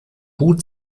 hut